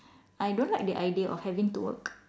I don't like the idea of having to work